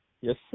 Yes